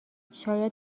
شاید